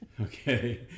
Okay